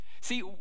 See